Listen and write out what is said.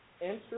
Enter